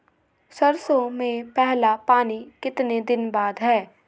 सरसों में पहला पानी कितने दिन बाद है?